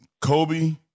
Kobe